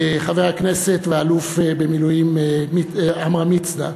חבר הכנסת והאלוף במילואים עמרם מצנע.